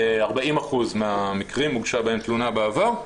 40% מהמקרים הוגשה בהם תלונה בעבר,